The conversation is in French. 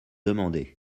demandaient